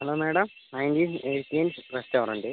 hello madam nineteen eighties restaurant